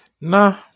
Nah